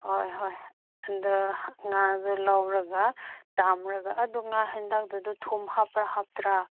ꯍꯣꯏ ꯍꯣꯏ ꯍꯟꯗꯛ ꯉꯥꯗꯨ ꯂꯧꯔꯒ ꯑꯗꯨ ꯉꯥ ꯍꯦꯟꯇꯥꯛꯇꯨ ꯊꯨꯝ ꯍꯥꯞꯄ꯭ꯔꯥ ꯍꯥꯞꯇ꯭ꯔꯥ